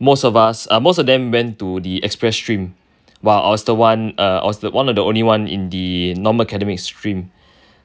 most of us uh most of them went to the express stream while I was the one uh I was one of the only one in the normal academic stream